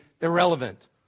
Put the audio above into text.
irrelevant